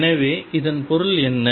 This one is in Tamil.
எனவே இதன் பொருள் என்ன